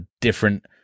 different